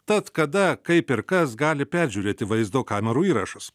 tad kada kaip ir kas gali peržiūrėti vaizdo kamerų įrašus